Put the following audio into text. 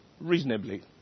reasonably